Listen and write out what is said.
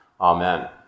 Amen